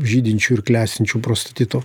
žydinčių ir klestinčių prostatito